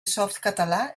softcatalà